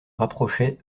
rapprochait